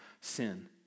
sin